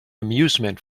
amusement